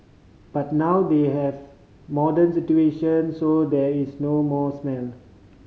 but now they have modern situation so there is no more smell